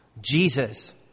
Jesus